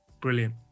Brilliant